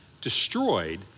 destroyed